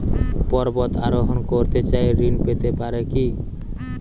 পর্বত আরোহণ করতে চাই ঋণ পেতে পারে কি?